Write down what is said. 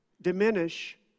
diminish